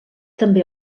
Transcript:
també